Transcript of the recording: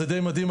זה די מדהים,